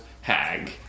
hag